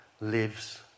lives